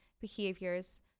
behaviors